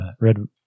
red